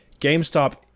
gamestop